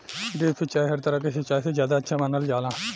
drip सिंचाई हर तरह के सिचाई से ज्यादा अच्छा मानल जाला